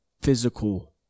physical